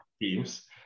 teams